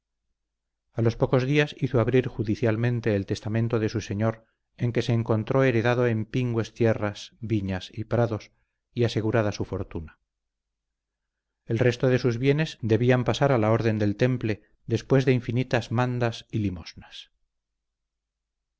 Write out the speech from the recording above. a los pocos días hizo abrir judicialmente el testamento de su señor en que se encontró heredado en pingues tierras viñas y prados y asegurada su fortuna el resto de sus bienes debía pasar a la orden del temple después de infinitas mandas y limosnas